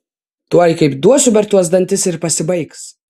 tuoj kaip duosiu per tuos dantis ir pasibaigs